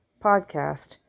podcast